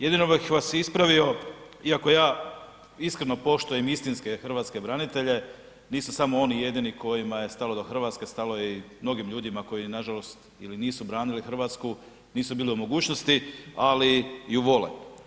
Jedino bih vas ispravio iako ja iskreno p oštujem istinske hrvatske branitelje, nisu samo oni jedini kojima je stalo do Hrvatske, stalo je i mnogim ljudima koji nažalost ili nisu branili Hrvatsku, nisu bili u mogućnosti, ali ju vole.